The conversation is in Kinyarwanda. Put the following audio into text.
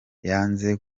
yanze